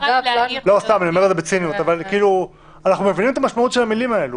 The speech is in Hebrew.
אנחנו מבינים את המשמעות של המילים האלה.